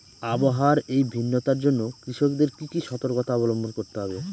আবহাওয়ার এই ভিন্নতার জন্য কৃষকদের কি কি সর্তকতা অবলম্বন করতে হবে?